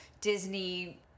Disney